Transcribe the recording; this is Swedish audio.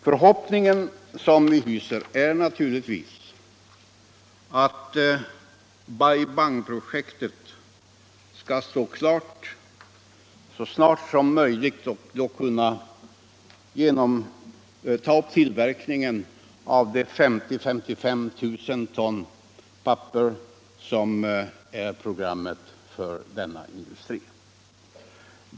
Förhoppningen som vi hyser är naturligtvis att Bai Bang-projektet skall stå klart så snart som möjligt och då kunna ta upp tillverkningen av de 50 000-53 000 ton papper som programmet för denna industri innebär.